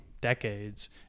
decades